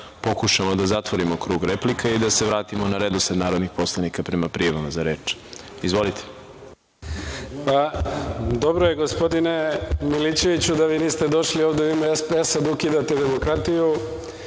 pokušamo da zatvorimo krug replika i da se vratimo na redosled narodnih poslanika prema prijavama za reč. Izvolite. **Nemanja Šarović** Dobro je, gospodine Milićeviću, da vi niste došli ovde u ime SPS da ukidate demokratiju.